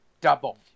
Double